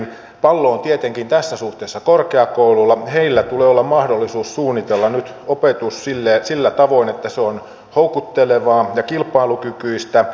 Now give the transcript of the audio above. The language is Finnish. pallo on tietenkin tässä suhteessa korkeakouluilla heillä tulee olla mahdollisuus suunnitella nyt opetus sillä tavoin että se on houkuttelevaa ja kilpailukykyistä